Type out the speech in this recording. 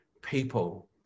people